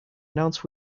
announced